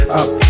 up